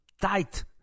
tight